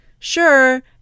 Sure